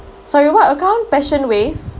sorry what account passion wave